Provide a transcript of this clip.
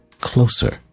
Closer